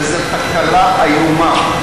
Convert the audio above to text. וזאת תקלה איומה.